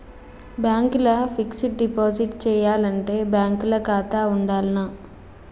Bank ల fixed deposit చేయాలంటే bank ల ఖాతా ఉండాల్నా?